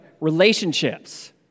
relationships